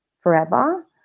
forever